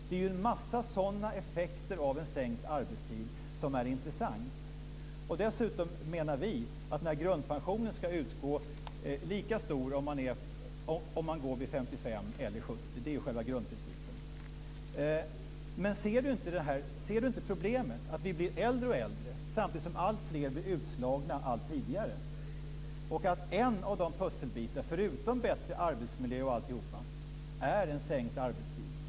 Det är en massa sådana effekter av en sänkt arbetstid som är intressanta. Dessutom menar vi att grundprincipen är att grundpensionen ska vara lika stor om man går vid 55 Ser inte Lennart Klockare problemet med att vi blir äldre och äldre samtidigt som alltfler blir utslagna allt tidigare och att en av pusselbitarna, förutom bättre arbetsmiljö, är sänkt arbetstid?